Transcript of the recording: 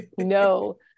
No